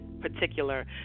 particular